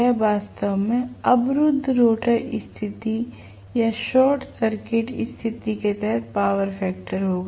यह वास्तव में अवरुद्ध रोटर स्थिति या शॉर्ट सर्किट स्थिति के तहत पावर फैक्टर होगा